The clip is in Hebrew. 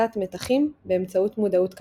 הפחתת מתחים באמצעות מודעות קשובה,